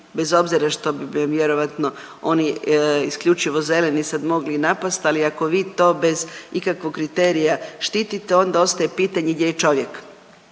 bez obzira što vjerojatno oni isključivo zeleni sad mogli napast, ali ako vi to bez ikakvog kriterija štite onda ostaje pitanje gdje je čovjek,